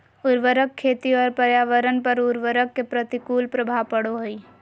उर्वरक खेती और पर्यावरण पर उर्वरक के प्रतिकूल प्रभाव पड़ो हइ